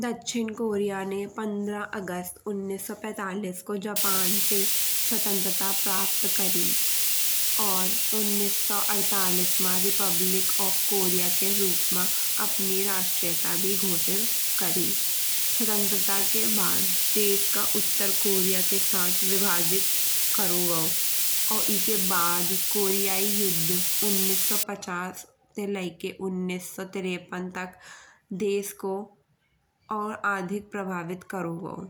दक्षिण कोरिया ने पंद्रह अगस्त उन्नीस सौ पैंतालीस को जापान से स्वतंत्रता प्राप्त करी। और उन्नीस सौ अड़तालीस मा रिपब्लिक ऑफ कोरिया के रूप मा अपनी राष्ट्रीयता भी घोषित करी। स्वतंत्रता के बाद देश का उत्तर कोरिया के साथ विभाजित करो गाओ। और एके बाद कोरियाई युद्ध उन्नीस सौ पचास ते लाइके उन्नीस सौ तिरेपन तक देश को और अधिक प्रभावित करो गाओ।